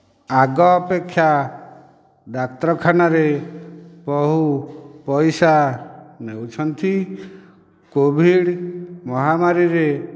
ଆଗ ଅପେକ୍ଷା ଡାକ୍ତରଖାନାରେ ବହୁ ପଇସା ନେଉଛନ୍ତି କୋଭିଡ଼ ମହାମାରୀରେ